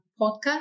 podcast